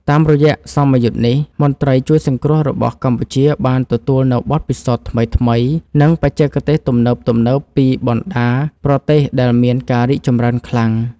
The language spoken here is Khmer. តាមរយៈសមយុទ្ធនេះ មន្ត្រីជួយសង្គ្រោះរបស់កម្ពុជាបានទទួលនូវបទពិសោធន៍ថ្មីៗ និងបច្ចេកទេសទំនើបៗពីបណ្តាប្រទេសដែលមានការរីកចម្រើនខ្លាំង។